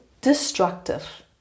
destructive